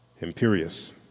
imperious